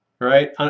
Right